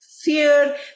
Fear